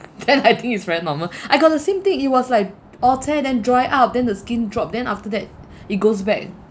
then I think it's very normal I got the same thing it was like oh ceng then dry up then the skin drop then after that it goes back